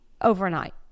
overnight